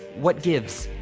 what gives?